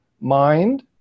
mind